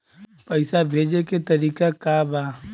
पैसा भेजे के तरीका का बा?